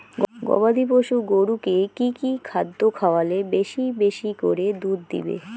গবাদি পশু গরুকে কী কী খাদ্য খাওয়ালে বেশী বেশী করে দুধ দিবে?